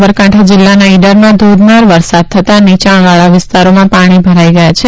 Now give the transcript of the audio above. સાબરકાંઠા જિલ્લાના ઇડરમાં ધોધમાર વરસાદ થતાં નીયાણવાળા વિસ્તારોમાં પાણી ભરાઈ ગયા છે